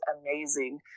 amazing